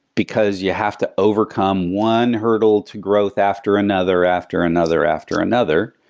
because you have to overcome one hurdle to growth after another after another after another,